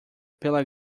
pela